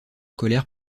scolaires